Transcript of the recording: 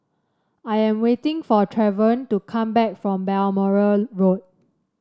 I am waiting for Travon to come back from Balmoral Road